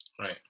Right